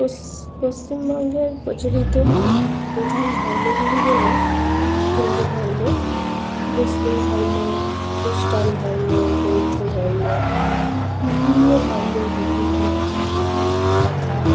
পস পশ্চিমবঙ্গের প্রচলিত প্রধান ধর্মগুলি হল হিন্দু ধর্ম মুসলিম ধর্ম খ্রিস্টান ধর্ম বৌদ্ধ ধর্ম বিভিন্ন ধর্মের বিভিন্ন কথা